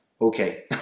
okay